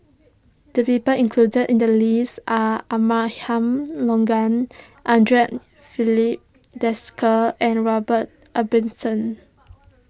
the people included in the list are Abraham Logan Andre Filipe Desker and Robert Ibbetson